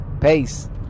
Peace